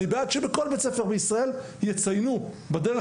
אני בעד שבכל בית ספר בישראל יציינו בדרך